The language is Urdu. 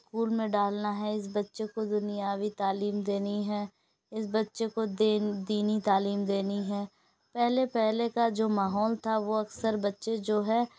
اسکول میں ڈالنا ہے اس بچے کو دنیاوی تعلیم دینی ہے اس بچے کو دے دینی تعلیم دینی ہے پہلے پہلے کا جو ماحول تھا وہ اکثر بچے جو ہے